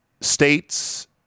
states